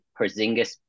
Porzingis